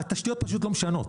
התשתיות פשוט לא משנות.